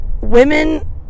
women